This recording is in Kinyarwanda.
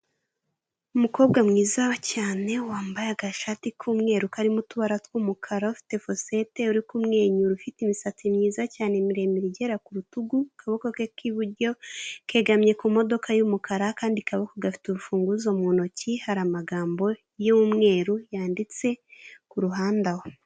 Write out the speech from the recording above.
Umukobwa mwiza cyane wambaye agashati k'umweru karirimo utubara tw'umukara; ufite fosette uri kumwenyura, ufite imisatsi myiza cyane miremire igera ku rutugu; akaboko ke k'iburyo kegamye ku modoka y'umukara, akandi kaboko gafite urufunguzo mu ntoki hari amagambo y'umweru yanditse ku ruhande aho.